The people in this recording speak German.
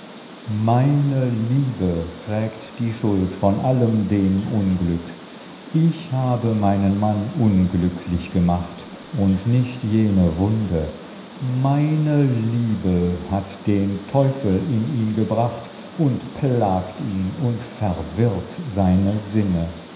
meine liebe trägt die schuld von allem dem unglück ich habe meinen mann unglücklich gemacht und nicht jene wunde meine liebe hat den teufel in ihn gebracht und plagt ihn und verwirrt seine sinne